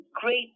great